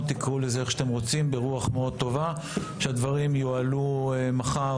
ברוח מאוד טובה שהדברים יועלו מחר